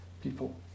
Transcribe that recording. people